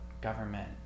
government